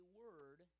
word